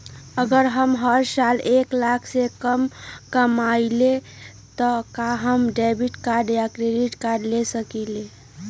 अगर हम हर साल एक लाख से कम कमावईले त का हम डेबिट कार्ड या क्रेडिट कार्ड ले सकीला?